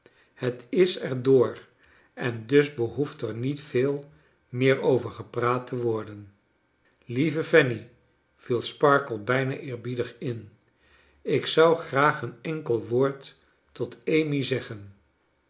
het is er door en dus behoeft er niet veel meer over gepraat te worden lieve fanny viel sparkler bijna eerbiedig in ik zou graag een enkel woord tot amy zeggen